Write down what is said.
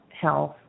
health